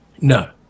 No